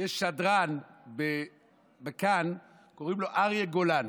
יש שדרן ב"כאן" שקוראים לו אריה גולן,